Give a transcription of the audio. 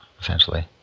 essentially